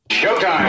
Showtime